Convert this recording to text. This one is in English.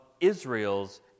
Israel's